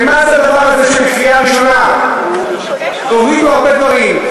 ומה זה הדבר הזה שלאחר קריאה ראשונה יורידו הרבה דברים?